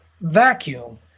vacuum